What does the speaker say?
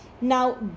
now